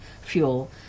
fuel